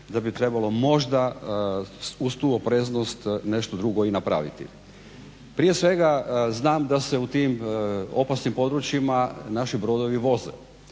da bi trebalo možda uz tu opreznost nešto drugo napraviti. Prije svega znam da se u tim opasnim područjima naši brodovi voze.